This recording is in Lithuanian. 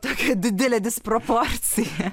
tokia didelė disproporcija